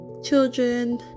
children